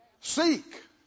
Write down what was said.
Seek